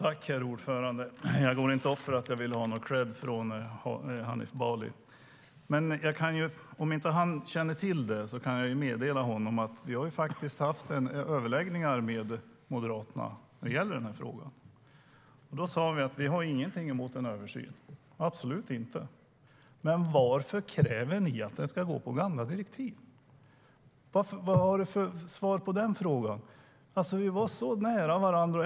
Herr talman! Jag går inte upp här för att jag vill ha någon kredd från Hanif Bali. Men om han inte känner till det kan jag meddela honom att vi faktiskt har haft överläggningar med Moderaterna när det gäller den här frågan. Då sa vi: Vi har ingenting emot en översyn - absolut inte. Men varför kräver ni att den ska gå på gamla direktiv? Vad har du för svar på den frågan? Vi var så nära varandra.